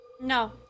No